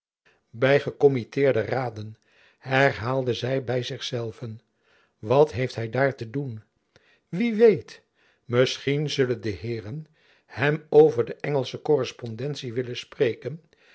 by gekommitteerde raden herhaalde zy by zich zelve wat heeft hy daar te doen wie weet misschien zullen de heeren hem over de engelsche korrespondentie willen spreken